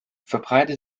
verbreitet